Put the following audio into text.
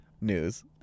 News